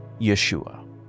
Yeshua